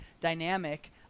dynamic